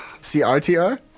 C-R-T-R